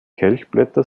kelchblätter